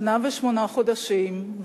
שנה ושמונה חודשים,